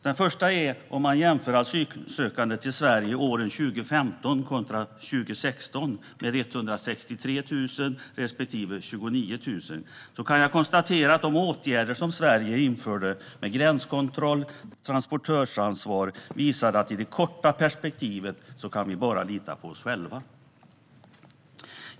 Den ena är att vid en jämförelse av antalet asylsökande till Sverige åren 2015 kontra 2016, med 163 000 respektive 29 000, kan jag konstatera att de åtgärder som Sverige införde med gränskontroll och transportöransvar visar att vi i det korta perspektivet bara kan lita på oss själva.